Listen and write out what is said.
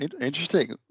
interesting